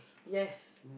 yes